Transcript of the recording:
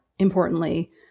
Importantly